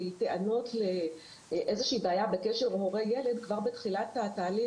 טענות לבעיה בקשר הורה-ילד כבר בתחילת התהליך,